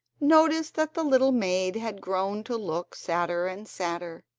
noticed that the little maid had grown to look sadder and sadder.